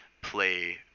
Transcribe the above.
play